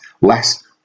less